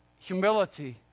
Humility